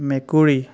মেকুৰী